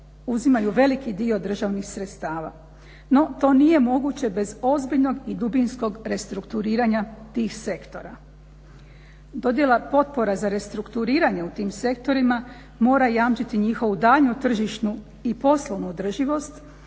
uzimaju veliki dio državnih sredstava. No to nije moguće bez ozbiljnog i dubinskog restrukturiranja tih sektora. Dodjela potpora za restrukturiranje u tim sektorima mora jamčiti njihovu daljnju tržišnu i poslovnu održivost